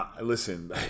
Listen